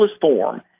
form